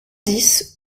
dix